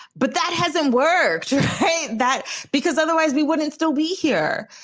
but that hasn't worked. hey. that because otherwise we wouldn't still be here.